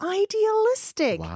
idealistic